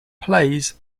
plays